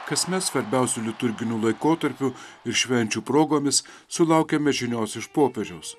kasmet svarbiausių liturginių laikotarpių ir švenčių progomis sulaukiame žinios iš popiežiaus